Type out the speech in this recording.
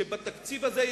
שבתקציב הזה,